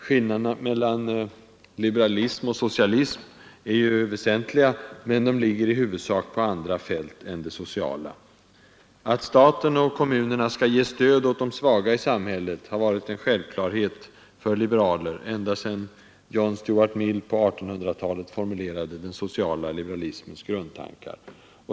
Skillnaderna mellan liberalism och socialism är ju väsentliga, men de ligger i huvudsak på andra fält än det sociala. Att staten och kommunerna skall ge stöd åt de svaga i samhället har varit självklart för liberaler ända sedan John Stuart Mill på 1800-talet formulerade den sociala liberalismens grundtankar.